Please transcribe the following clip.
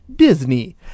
Disney